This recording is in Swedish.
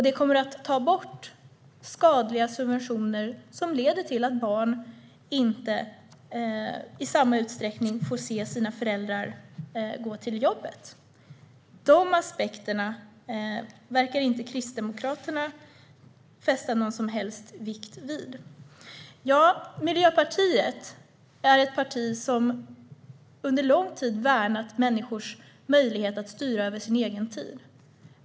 Det kommer att ta bort skadliga subventioner som leder till att barn inte i samma utsträckning får se sina föräldrar gå till jobbet. De aspekterna verkar inte Kristdemokraterna fästa någon som helst vikt vid. Miljöpartiet är ett parti som under lång tid har värnat människors möjlighet att styra över sin egen tid.